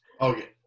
Okay